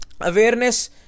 awareness